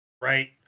right